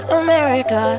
america